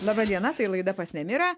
laba diena tai laida pas nemirą